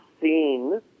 seen